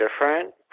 different